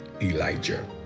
Elijah